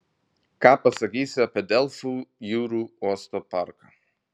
ką pasakysi apie delfų jūrų uosto parką